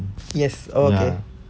yes oh okay